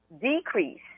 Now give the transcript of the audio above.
decrease